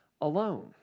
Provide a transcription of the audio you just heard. alone